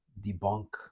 debunk